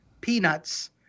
peanuts